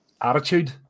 attitude